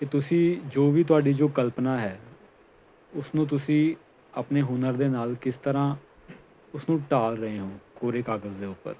ਕਿ ਤੁਸੀਂ ਜੋ ਵੀ ਤੁਹਾਡੀ ਜੋ ਕਲਪਨਾ ਹੈ ਉਸਨੂੰ ਤੁਸੀਂ ਆਪਣੇ ਹੁਨਰ ਦੇ ਨਾਲ ਕਿਸ ਤਰ੍ਹਾਂ ਉਸਨੂੰ ਢਾਲ ਰਹੇ ਓਂ ਕੋਰੇ ਕਾਗਜ਼ ਦੇ ਉੱਪਰ